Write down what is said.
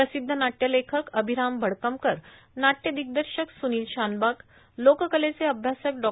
प्रसिद्ध नाट्यलेखक अभिराम भडकमकर नाट्य दिग्दर्शक सुनील शानबाग लोककलेचे अभ्यासक डॉ